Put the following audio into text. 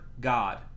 God